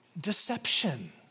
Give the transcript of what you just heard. Deception